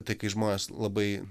tai kai žmonės labai